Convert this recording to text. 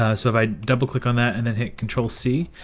ah so if i double click on that and then hit control c,